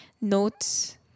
notes